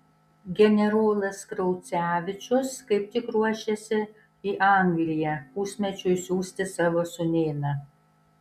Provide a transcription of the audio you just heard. generolas kraucevičius kaip tik ruošėsi į angliją pusmečiui siųsti savo sūnėną